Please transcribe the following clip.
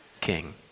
king